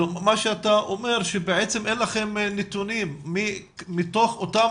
מה שאתה אומר שבעצם אין לכם נתונים מתוך אותם